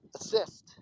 Assist